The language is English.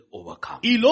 overcome